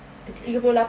thirty eight